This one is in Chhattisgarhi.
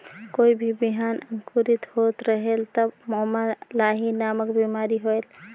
कोई भी बिहान अंकुरित होत रेहेल तब ओमा लाही नामक बिमारी होयल?